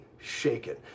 Shaken